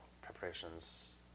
preparations